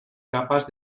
capas